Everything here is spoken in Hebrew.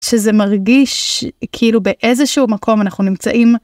שזה מרגיש כאילו באיזשהו מקום אנחנו נמצאים.